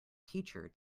teacher